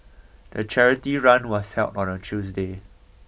the charity run was held on a Tuesday